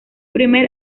primer